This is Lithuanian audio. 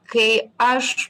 kai aš